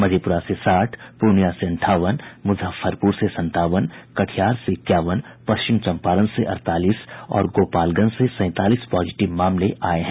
मधेपुरा से साठ पूर्णिया से अंठावन मुजफ्फरपुर से संतावन कटिहार से इक्यावन पश्चिम चंपारण से अड़तालीस और गोपालगंज से सैंतालीस पॉजिटिव मामले आये हैं